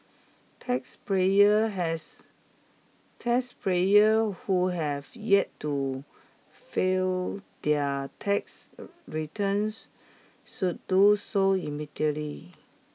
taxpayers has taxpayers who have yet to file their tax returns should do so immediately